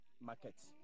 markets